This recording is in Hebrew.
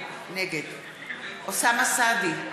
נגד אוסאמה סעדי,